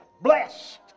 Blessed